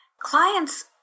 clients